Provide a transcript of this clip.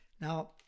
Now